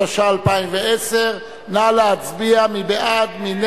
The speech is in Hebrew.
התשע"א 2010. נא להצביע.